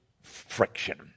friction